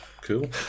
Cool